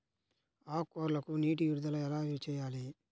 ఆకుకూరలకు నీటి విడుదల ఎలా చేయాలి?